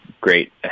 great